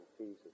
Jesus